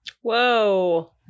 Whoa